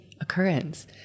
occurrence